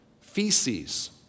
Feces